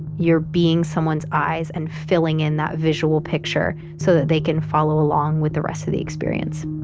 you're being someone's eyes and filling in that visual picture so that they can follow along with the rest of the experience